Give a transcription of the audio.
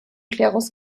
klerus